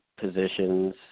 positions